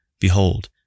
behold